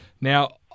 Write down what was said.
Now